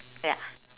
ya